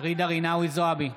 ג'ידא רינאוי זועבי,